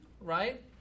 right